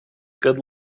good